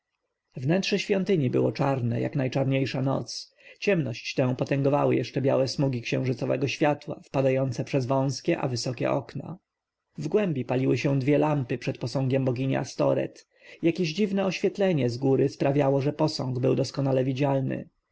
wnętrze świątyni było czarne jak najczarniejsza noc ciemność tę potęgowały jeszcze białe smugi księżycowego światła wpadające przez wąskie a wysokie okna w głębi paliły się dwie lampy przed posągiem bogini astoreth jakieś dziwne oświetlenie zgóry sprawiało że posąg był doskonale widzialny